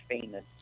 famous